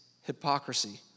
hypocrisy